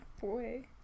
Boy